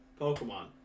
pokemon